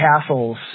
castles